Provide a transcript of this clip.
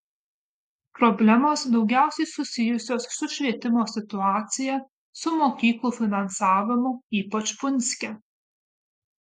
problemos daugiausiai susijusios su švietimo situacija su mokyklų finansavimu ypač punske